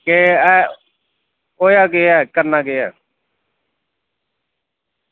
एह् होएआ केह् ऐ करना केह् ऐ